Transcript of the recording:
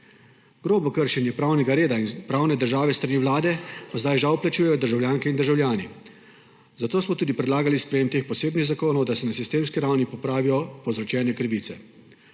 Grobo kršenje pravnega reda in pravne države s strani Vlade pa zdaj žal plačujejo državljanke in državljani, zato smo tudi predlagali sprejetje teh posebnih zakonov, da se na sistemski ravni popravijo povzročene krivice. Pa